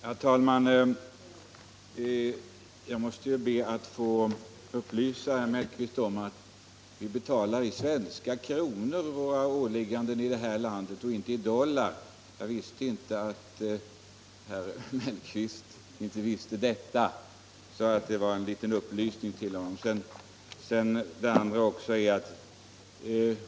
Herr talman! Jag måste be att få upplysa herr Mellqvist om att vi i det här landet betalar våra åligganden med svenska kronor och inte i dollar. Jag visste inte att herr Mellqvist inte kände till detta.